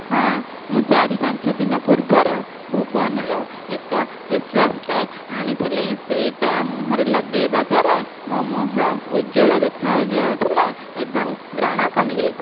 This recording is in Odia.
ହଁ ମୁଁ ଚାରି ପାଞ୍ଚ ଦିନ ପୂର୍ବରୁ ଭୁବନରୁ ଏକ ଫେସୱାସ୍ଟେ ଆଣିଥିଲି ସେହିଟା ମୁହଁରେ ଲଗାଇବା ଦ୍ୱାରା ମୋ ମୁହଁ ଉଜ୍ଵଳ ଦେଖାଯାଉଥିଲା ଏବଂ ବ୍ରଣ କମିଯାଇ